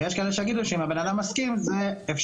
ויש כאלו שיגידו שאם הבן אדם מסכים זה אפשרי.